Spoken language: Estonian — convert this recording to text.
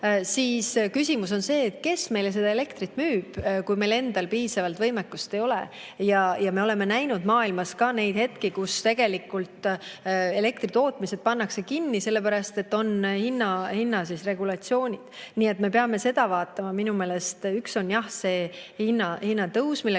siis on küsimus, kes meile elektrit müüb, kui meil endal piisavalt võimekust ei ole. Me oleme näinud maailmas ka neid hetki, kus tegelikult elektritootmised pannakse kinni, sellepärast et on hinnaregulatsioonid. Nii et me peame seda vaatama. Minu meelest üks on jah see hinnatõus, millega